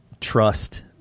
trust